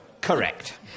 Correct